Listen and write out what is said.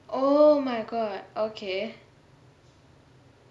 oh my god okay